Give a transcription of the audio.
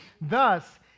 Thus